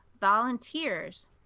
volunteers